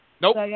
Nope